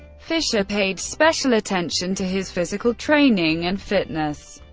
fischer paid special attention to his physical training and fitness,